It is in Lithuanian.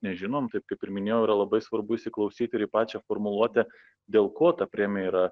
nežinom taip kaip ir minėjau yra labai svarbu įsiklausyt ir į pačią formuluotę dėl ko ta premija yra